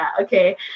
okay